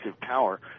power